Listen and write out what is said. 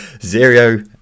Zero